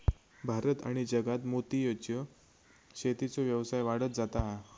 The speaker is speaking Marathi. भारत आणि जगात मोतीयेच्या शेतीचो व्यवसाय वाढत जाता हा